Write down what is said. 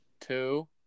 Two